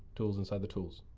tools inside the tools.